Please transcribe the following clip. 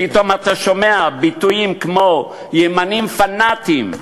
פתאום אתה שומע ביטויים כמו "ימנים פנאטים",